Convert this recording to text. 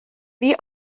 wie